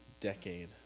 Decade